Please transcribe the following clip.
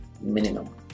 minimum